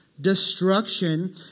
Destruction